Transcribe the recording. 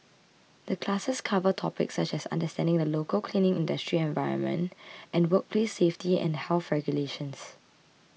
the classes cover topics such as understanding the local cleaning industry environment and workplace safety and health regulations